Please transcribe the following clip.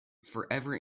forever